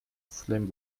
flame